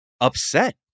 upset